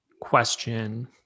question